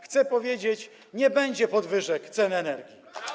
chcę powiedzieć: nie będzie podwyżek cen energii.